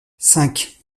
cinq